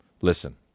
Listen